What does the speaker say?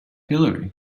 hillary